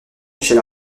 michel